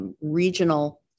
regional